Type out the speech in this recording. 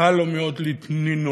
קל לו מאוד לנהות